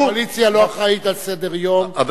הקואליציה לא אחראית לסדר-יום,